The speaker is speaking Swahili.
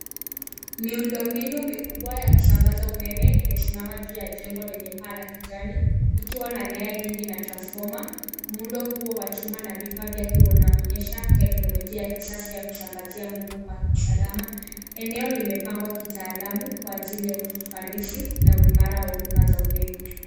Miundo mbinu mikubwa ya kusambaza umeme imesimama juu ya jengo lenye paa la kijani, ikiwa na nyaya nyingi na transfoma. Muundo huo wa chuma na vifaa vyake unaonyesha teknolojia ya kisasa ya kusambazia nguvu kwa usalama. Eneo limepangwa kitaalamu kwa ajili ya ufanisi na uimara wa huduma za umeme.